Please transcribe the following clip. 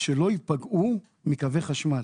שלא ייפגעו מקווי חשמל?